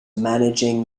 managing